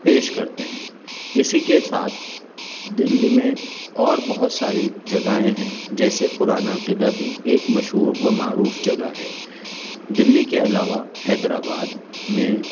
پیش کرتے ہیں اسی کے ساتھ دہلی میں اور بہت ساری جگہیں ہیں جیسے پرانا قلعہ بھی ایک مشہور و معروف جگہ ہے دہلی کے علاوہ حیدرآباد میں